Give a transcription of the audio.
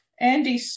Andy